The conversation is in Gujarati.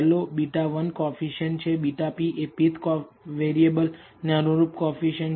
તેથી β1 પહેલો કોએફીસીએંટ છેβp એ pth વેરિયેબલ ને અનુરૂપ કોએફીસીએંટ છે